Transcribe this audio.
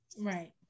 Right